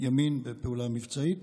ימין בפעולה מבצעית,